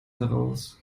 heraus